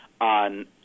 on